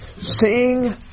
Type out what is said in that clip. Sing